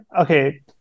Okay